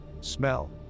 smell